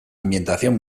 ambientación